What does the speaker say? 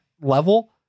level